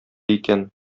икән